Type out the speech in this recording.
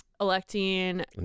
electing